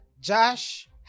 Josh